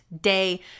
day